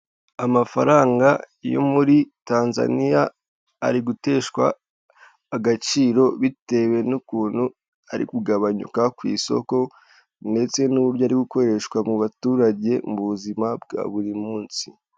Amafaranga yo muri Tanzaniya ari guteshwa agaciro bitewe n'ukuntu ari kugabanyuka ku isoko ndetse n'uburyo ari gukoreshwa mu baturage mu buzima bwa buri munsi.